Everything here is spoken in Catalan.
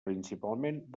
principalment